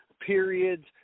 periods